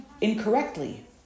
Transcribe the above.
incorrectly